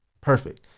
perfect